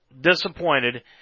disappointed